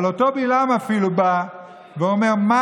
אבל אותו בלעם אפילו בא ואומר: "מה